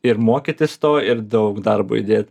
ir mokytis to ir daug darbo įdėt